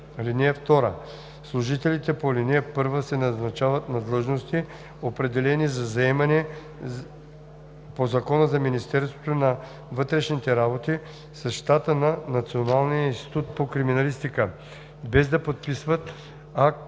години. (2) Служителите по ал. 1 се назначават на длъжности, определени за заемане по Закона за Министерството на вътрешните работи, с щата на Националния институт по криминалистика, без да подписват